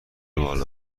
بالا